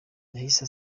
yahise